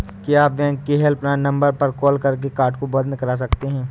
क्या बैंक के helpline number पर कॉल करके कार्ड को बंद करा सकते हैं?